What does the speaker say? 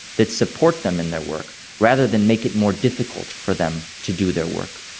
that support them in their work rather than make it more difficult for them to do their work.